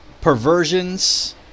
perversions